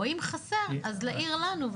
או אם חסר אז להעיר לנו,